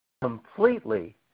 completely